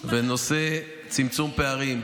ובנושא צמצום פערים,